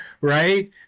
right